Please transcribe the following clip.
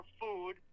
food